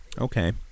Okay